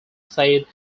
said